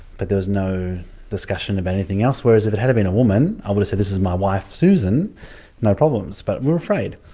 but there was no discussion of anything else. whereas if it had've been a woman i would've said, this is my wife susan no problems. but we were afraid.